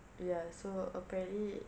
ya so apparently